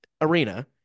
Arena